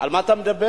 על מה אתה מדבר?